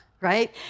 right